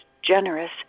Generous